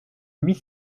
huit